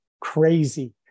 crazy